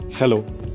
Hello